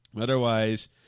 Otherwise